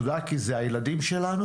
תודה כי זה הילדים שלנו,